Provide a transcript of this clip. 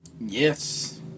Yes